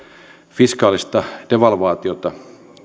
fiskaalista devalvaatiota